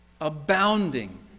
Abounding